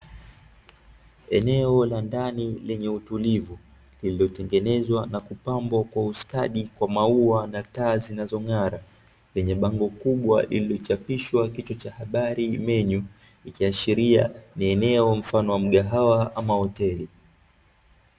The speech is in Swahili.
Eneo la ndani lenye utulivu lililotengenezwa na kupambwa kwa ustadi kwa mauwa na taa zinazong'ara lenye bango kubwa lililochapishwa kichwa cha habari "MENU" likiashiria ni eneo mfano wa mgahawa ama hoteli.